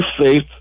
faith